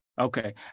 Okay